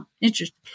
Interesting